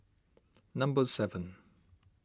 number seven